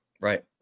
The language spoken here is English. Right